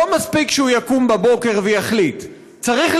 זכיתי,